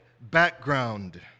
background